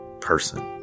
person